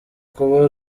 kuba